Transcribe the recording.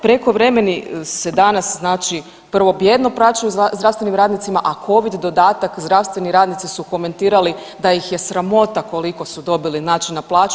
Prekovremeni se danas znači prvo bijedno plaćaju zdravstvenim radnicima, a Covid dodatak zdravstveni radnici su komentirali da ih je sramota koliko su dobili znači na plaću.